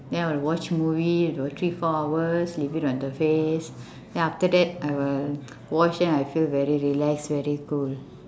then I'll watch movie about three four hours leave it on the face then after that I will wash then I feel very relax very cool